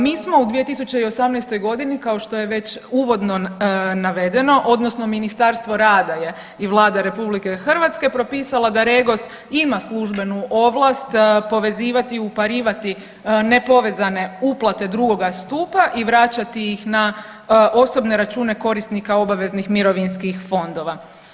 Mi smo u 2018. g. kao što je već uvodno navedeno, odnosno Ministarstvo rada je i Vlada RH, propisala da REGOS ima službenu ovlast povezivati i uparivati nepovezane uplate drugoga stupa i vraćati ih na osobne račune korisnika obaveznih mirovinskih fondova.